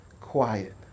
quiet